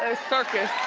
ah circus.